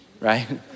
right